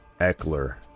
Eckler